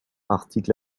article